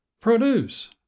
produce